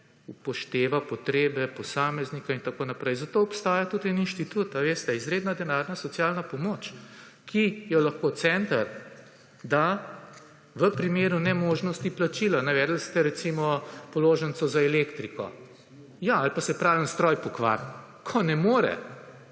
upošteva potrebe posameznika in tako naprej. Zato obstaja tudi en inštitut, a veste, izredna denarna socialna pomoč, ko jo lahko center da v primeru nemožnosti plačila. Navedli ste recimo položnico za elektriko. Ja, ali pa se je pralni stroj pokvari. Ko ne more